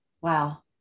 Wow